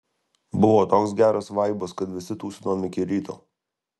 buvo toks geras vaibas kad visi tūsinom iki ryto